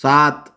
सात